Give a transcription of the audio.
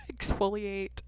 exfoliate